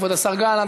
כבוד השר גלנט.